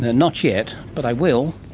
not yet, but i will.